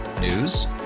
News